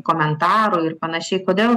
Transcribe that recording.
komentaro ir panašiai kodėl